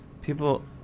people